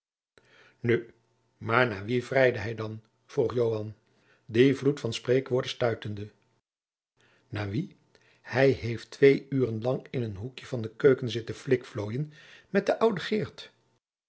nu maar naar wie vrijdde hij dan vroeg joan dien vloed van spreekwoorden stuitende naar wie hij heeft twee uren lang in een hoekje van de keuken zitten flikflooien met de oude